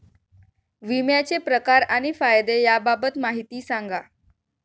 विम्याचे प्रकार आणि फायदे याबाबत माहिती सांगा